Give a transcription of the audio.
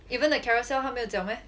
even the Carousell 她没有讲 meh